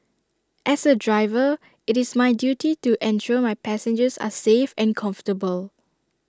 as A driver IT is my duty to ensure my passengers are safe and comfortable